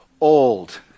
old